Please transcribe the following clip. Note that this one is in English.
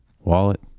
wallet